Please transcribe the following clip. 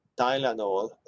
Tylenol